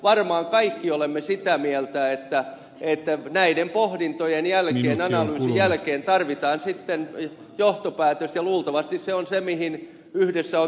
varmaan kaikki olemme sitä mieltä että näiden pohdintojen jälkeen analyysin jälkeen tarvitaan sitten johtopäätös ja luultavasti se on se mihin yhdessä on tultu